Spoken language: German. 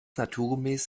naturgemäß